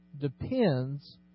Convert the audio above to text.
depends